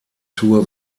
tour